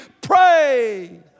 Pray